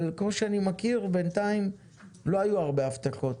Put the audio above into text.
אבל כמו שאני מכיר, בינתיים לא היו הרבה הבטחות